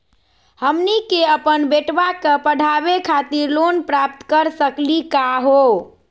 हमनी के अपन बेटवा क पढावे खातिर लोन प्राप्त कर सकली का हो?